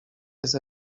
jest